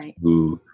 Right